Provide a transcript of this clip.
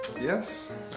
Yes